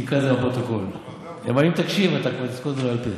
איציק, אפשר לקבל את זה בכתב?